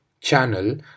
channel